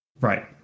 Right